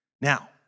Now